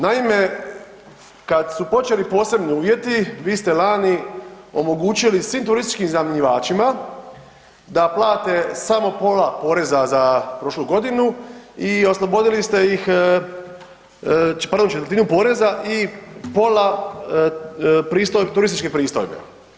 Naime, kad su počeli posebni uvjeti vi ste lani omogućili svim turističkim iznajmljivačima da plate samo pola poreza za prošlu godinu i oslobodili ste ih prvu četvrtinu poreza i pola turističke pristojbe.